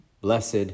blessed